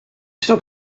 still